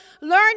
learning